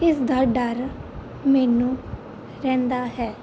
ਇਸ ਦਾ ਡਰ ਮੈਨੂੰ ਰਹਿੰਦਾ ਹੈ